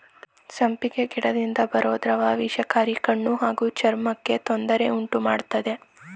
ಸಂಪಿಗೆ ಗಿಡದಿಂದ ಬರೋ ದ್ರವ ವಿಷಕಾರಿ ಕಣ್ಣು ಹಾಗೂ ಚರ್ಮಕ್ಕೆ ತೊಂದ್ರೆ ಉಂಟುಮಾಡ್ತದೆ